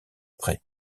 prêt